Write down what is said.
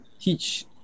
teach